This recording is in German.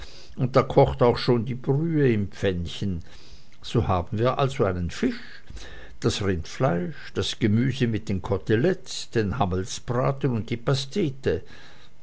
und da kocht auch schon die brühe im pfännchen so haben wir also einen fisch das rindfleisch das gemüse mit den kotelettes den hammelbraten und die pastete